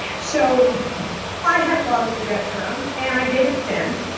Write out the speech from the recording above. so i had a lot of progesterone. and i gave it to bent,